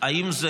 האם זה